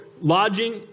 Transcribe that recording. lodging